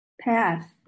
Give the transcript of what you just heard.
path